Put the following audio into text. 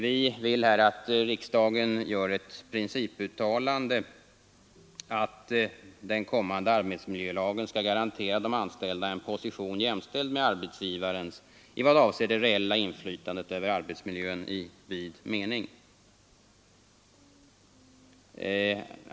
Vi vill att riksdagen här gör ett principuttalande om att den kommande arbetsmiljölagen skall garantera de anställda en position jämställd med arbetsgivarens i vad avser det reella inflytandet över arbetsmiljön i vid mening.